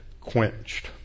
quenched